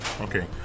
Okay